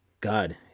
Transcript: God